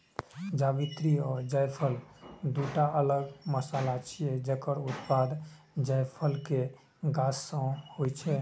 जावित्री आ जायफल, दूटा अलग मसाला छियै, जकर उत्पादन जायफल के गाछ सं होइ छै